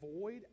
void